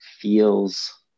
feels